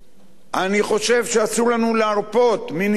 אני חושב שאסור לנו להרפות מניסיונות